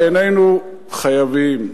בינינו, חייבים.